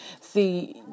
See